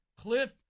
Cliff